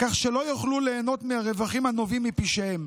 כך שלא יוכלו ליהנות מהרווחים הנובעים מפשעיהם.